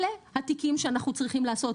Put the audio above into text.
אלה התיקים שאנחנו צריכים לעשות.